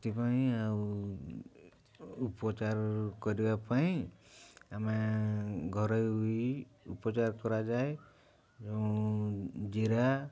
ସେଥିପାଇଁ ଆଉ ଉପଚାର କରିବା ପାଇଁ ଆମେ ଘରୋଇ ଉପଚାର କରାଯାଏ ଏବଂ ଜିରା